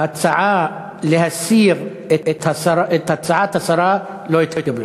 ההצעה להסיר את הצעת השרה לא התקבלה.